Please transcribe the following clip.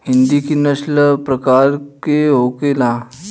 हिंदी की नस्ल का प्रकार के होखे ला?